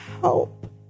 help